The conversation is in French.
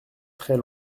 très